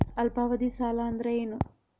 ಅಲ್ಪಾವಧಿ ಸಾಲ ಅಂದ್ರ ಏನು?